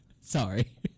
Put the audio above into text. Sorry